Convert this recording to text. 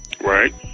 Right